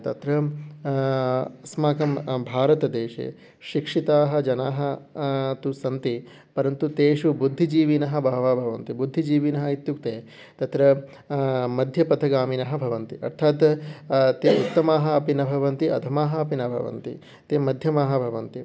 तत्रैवम् अस्माकं भारतदेशे शिक्षिताः जनाः तु सन्ति परन्तु तेषु बुद्धिजीविनः बहवः भवन्ति बुद्धिजीविनः इत्युक्ते तत्र मध्यपथगामिनः भवन्ति अर्थात् ते उत्तमाः अपि न भवन्ति अधमाः अपि न भवन्ति ते मध्यमाः भवन्ति